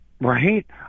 Right